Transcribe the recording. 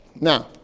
Now